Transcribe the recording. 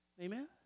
Amen